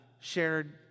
shared